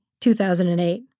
2008